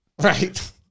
Right